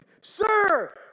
sir